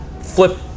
flip